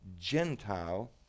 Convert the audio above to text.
Gentile